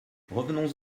revenons